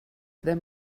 them